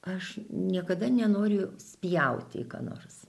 aš niekada nenoriu spjauti į ką nors